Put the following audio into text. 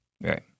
Right